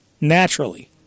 naturally